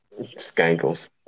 Skankles